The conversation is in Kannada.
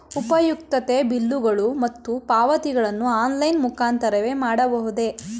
ಉಪಯುಕ್ತತೆ ಬಿಲ್ಲುಗಳು ಮತ್ತು ಪಾವತಿಗಳನ್ನು ಆನ್ಲೈನ್ ಮುಖಾಂತರವೇ ಮಾಡಬಹುದೇ?